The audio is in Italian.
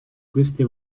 queste